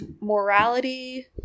morality